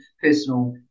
personal